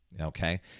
okay